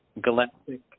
galactic